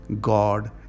God